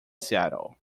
seattle